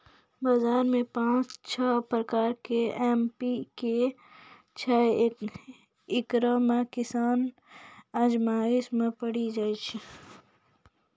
बाजार मे पाँच छह प्रकार के एम.पी.के छैय, इकरो मे किसान असमंजस मे पड़ी जाय छैय?